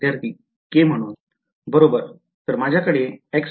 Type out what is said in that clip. विध्यार्थी k k बरोबर तर माझ्याकडे आहे